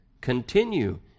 continue